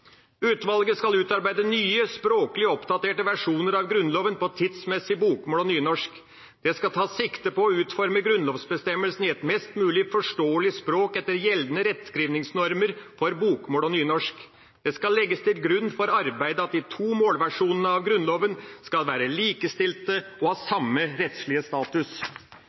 skal utarbeide nye, språklig oppdaterte versjoner av Grunnloven på tidsmessig bokmål og nynorsk. Det skal tas sikte på å utforme grunnlovsbestemmelsene i et mest mulig forståelig språk etter gjeldende rettskrivningsnormer for bokmål og nynorsk. Det skal legges til grunn for arbeidet at de to målversjonene av Grunnloven skal være likestilte og ha samme rettslige status.